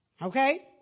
Okay